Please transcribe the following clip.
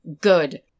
good